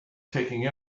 taking